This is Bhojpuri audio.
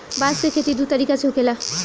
बांस के खेती दू तरीका से होखेला